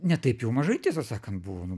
ne taip jau mažai tiesą sakant buvo nu